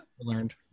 learned